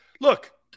Look